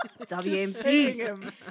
WMC